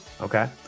okay